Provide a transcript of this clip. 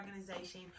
organization